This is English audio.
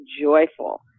joyful